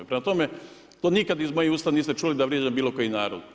Prema tome, to nikad iz mojih usta niste čuli da vrijeđam bilo koji narod.